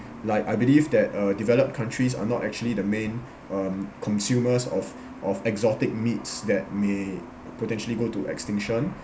like I believe that uh developed countries are not actually the main um consumers of of exotic meats that may potentially go to extinction